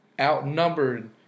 outnumbered